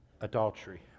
adultery